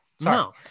No